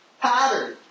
pattern